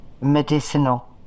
medicinal